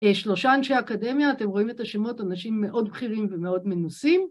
שלושה אנשי אקדמיה, אתם רואים את השמות, אנשים מאוד בכירים ומאוד מנוסים.